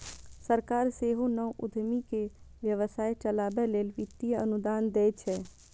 सरकार सेहो नव उद्यमी कें व्यवसाय चलाबै लेल वित्तीय अनुदान दै छै